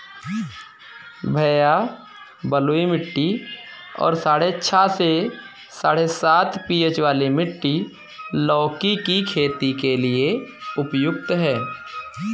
भैया बलुई मिट्टी और साढ़े छह से साढ़े सात पी.एच वाली मिट्टी लौकी की खेती के लिए उपयुक्त है